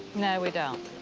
no, we don't.